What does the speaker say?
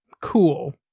Cool